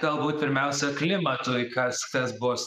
galbūt pirmiausia klimatui kas kas bus